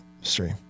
stream